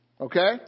Okay